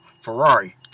Ferrari